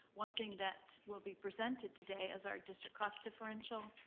one thing that will be presented today is our district cost differential,